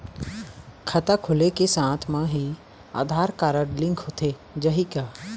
खाता खोले के साथ म ही आधार कारड लिंक होथे जाही की?